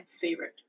favorite